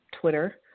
Twitter